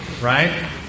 right